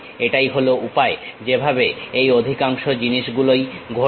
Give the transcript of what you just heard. এটাই হলো উপায় যেভাবে এই অধিকাংশ জিনিসগুলোই ঘটবে